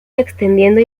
extendiendo